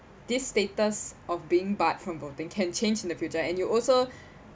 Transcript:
this status of being barred from voting can change in the future and you also